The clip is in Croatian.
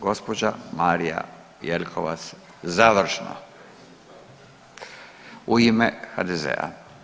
Gospođa Marija Jelkovac završno u ime HDZ-a.